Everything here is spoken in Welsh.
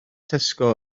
tesco